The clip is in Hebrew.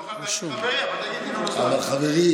לא חייבים להגיד "חבר", אבל תגיד ינון אזולאי.